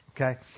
okay